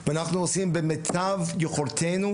ואנחנו עושים כמיטב יכולתנו